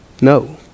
no